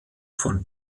von